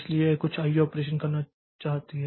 इसलिए यह कुछ आईओ ऑपरेशन करना चाहता है